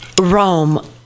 Rome